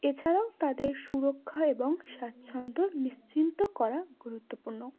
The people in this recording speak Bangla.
এছাড়াও তাদের সুরক্ষা এবং স্বাচ্ছন্দ্য নিশ্চিত করা গুরুত্বপূর্ণ